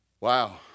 Wow